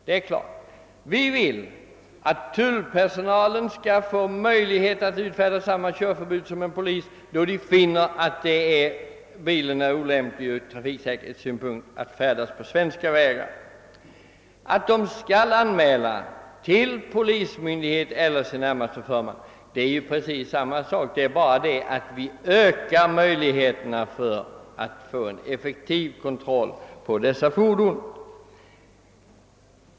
Vad vi vill är bara att tullpersonalen skall få samma befogenhet att utfärda körförbud som polisen, då tullmännen finner en bil vara olämplig ur trafiksäkerhetssynpunkt för färd på svenska vägar, samt att de skall anmäla saken till polismyndigheten eller till sin närmaste förman. Vi vill sålunda bara öka möjligheterna att effektivt kontrollera dessa bilar.